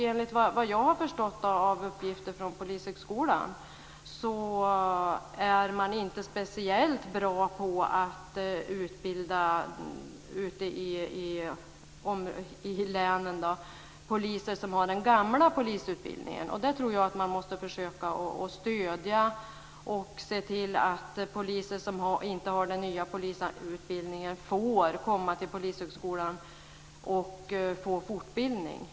Enligt vad jag har förstått av uppgifter från polishögskolan är man i länen inte speciellt bra på att utbilda poliser som har den gamla polisutbildningen. Där tror jag att man måste försöka att stödja och se till att poliser som inte har den nya polisutbildningen får komma till polishögskolan och få fortbildning.